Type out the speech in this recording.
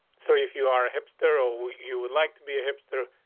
so if you are a hipster or you would like to be a hipster,